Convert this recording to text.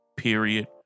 period